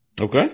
Okay